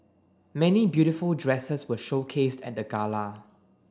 many beautiful dresses were showcased at the gala